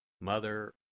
Mother